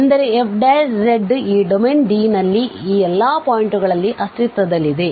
ಎಂದರೆ f ಈ domain D ನಲ್ಲಿ z ಎಲ್ಲಾ ಪಾಯಿಂಟ್ ಗಳಲ್ಲಿ ಅಸ್ತಿತ್ವದಲ್ಲಿದೆ